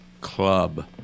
club